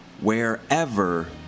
wherever